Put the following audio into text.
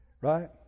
right